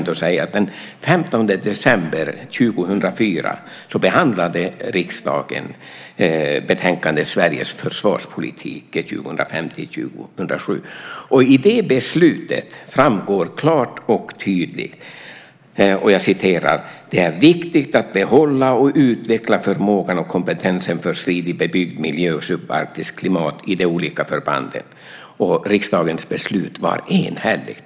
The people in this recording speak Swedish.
Den 15 december 2004 behandlade riksdagen betänkandet Sveriges försvarspolitik 2005-2007 . Av beslutet framgår klart och tydligt följande: "Det är viktigt att behålla och utveckla förmåga och kompetens för strid i bebyggd miljö och subarktiskt klimat i de olika förbanden." Riksdagens beslut var enhälligt.